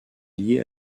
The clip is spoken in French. liée